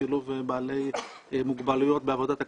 שילוב בעלי מוגבלויות בעבודת הכנסת.